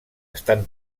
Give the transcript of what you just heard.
estan